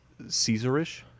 Caesarish